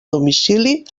domicili